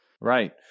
Right